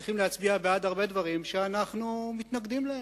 צריכים להצביע בעד הרבה דברים שאנחנו מתנגדים להם.